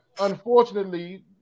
unfortunately